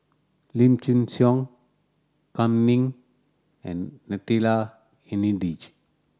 Lim Chin Siong Kam Ning and Natalie Hennedige